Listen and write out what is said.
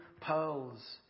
pearls